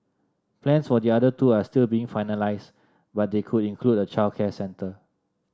plans for the other two are still being finalised but they could include a childcare centre